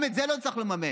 גם את זה לא הצלחנו לממש.